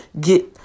get